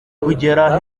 kugera